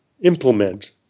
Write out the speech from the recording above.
implement